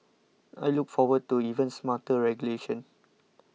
I look forward to even smarter regulation